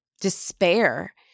despair